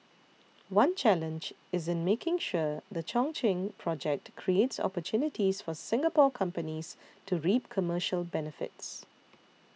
one challenge is in making sure the Chongqing project creates opportunities for Singapore companies to reap commercial benefits